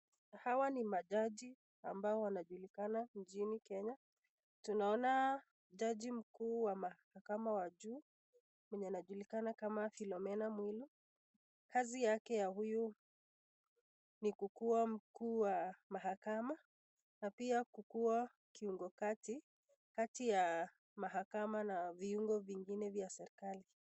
Hawa ni majaji ambao wanajulikana nchini Kenya, tunaona jani mkuu wa mahakam ya juu , mwenye anajulikana kama Filomena Mwilu, kazi yake ya huyu ni kukuwa mkuu wa mahakama, na pia kukuwa kiungo kati, kati ya mahakama na viungo vingine vya serikali.